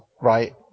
right